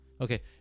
Okay